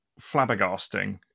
flabbergasting